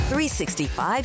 365